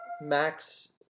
Max